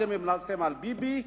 אתם המלצתם על ביבי,